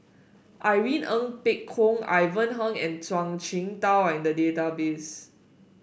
Irene Ng Phek Hoong Ivan Heng and Zhuang Shengtao are in the database